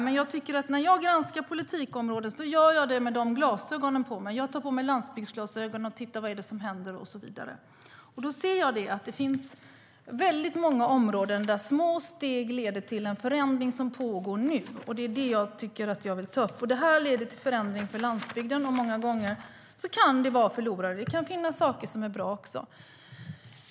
Men när jag granskar politikområden tar jag på mig landsbygdsglasögonen och tittar vad som händer och så vidare. Då ser jag att det finns många områden där små steg leder till den förändring som pågår nu, och det är det som jag vill ta upp. Detta leder till förändringar för landsbygden som många gånger är förlorare. Men det kan finnas saker som är bra också.